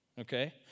Okay